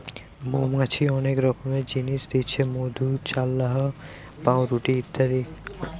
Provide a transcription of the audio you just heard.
মৌমাছি অনেক রকমের জিনিস দিচ্ছে মধু, চাল্লাহ, পাউরুটি ইত্যাদি